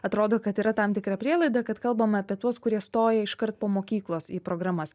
atrodo kad yra tam tikra prielaida kad kalbama apie tuos kurie stoja iškart po mokyklos į programas